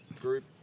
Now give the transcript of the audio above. group